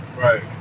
Right